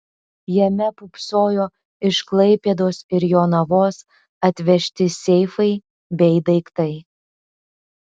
jame pūpsojo iš klaipėdos ir jonavos atvežti seifai bei daiktai